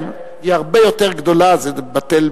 כל אלה בשכבות העליונות הם עם דיאטה.